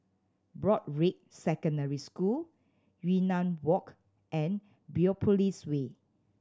Broadrick Secondary School Yunnan Walk and Biopolis Way